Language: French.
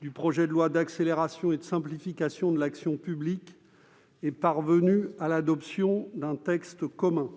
du projet de loi d'accélération et de simplification de l'action publique est parvenue à l'adoption d'un texte commun.